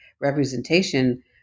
representation